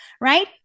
Right